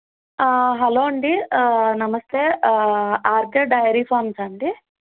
hello అండి నమస్తే RK dairy ఫార్మ్సా అండి